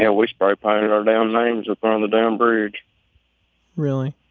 hell, we spray painted our damn names up there on the damn bridge really?